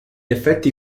effetti